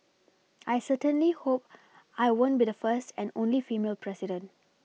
I certainly hope I won't be the first and only female president